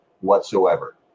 whatsoever